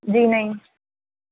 جی نہیں